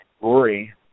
Rory